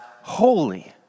holy